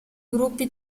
gruppi